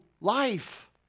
life